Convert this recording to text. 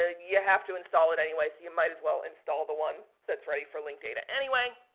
ah you have to install it anyway, so, you might as well install the one that's ready for linked data anyway.